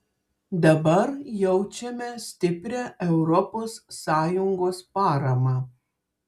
dabar jaučiame stiprią europos sąjungos paramą